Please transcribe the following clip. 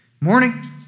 Morning